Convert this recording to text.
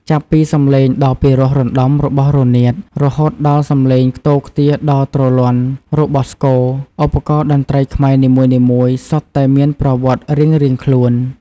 ចាប់ពីសំឡេងដ៏ពីរោះរណ្ដំរបស់រនាត រហូតដល់សំឡេងខ្ទរខ្ទារដ៏ទ្រលាន់របស់ស្គរ ឧបករណ៍តន្ត្រីខ្មែរនីមួយៗសុទ្ធតែមានប្រវត្តិរៀងៗខ្លួន។